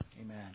Amen